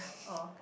oh